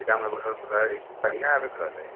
सीतामढ़ी बॉर्डरपर हइ कहिया अबैके रहलै